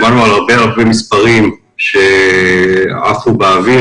שמענו הרבה מאוד מספרים שעפו באוויר,